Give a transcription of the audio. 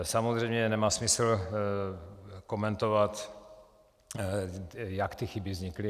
Samozřejmě nemá smysl komentovat, jak ty chyby vznikly.